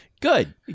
Good